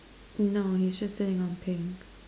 no he's just sitting on pink